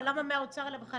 אבל למה מהאוצר לרווחה,